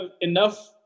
enough